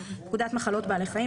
התשמ"ד 1984 ; (12)פקודת מחלות בעלי חיים ,